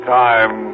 time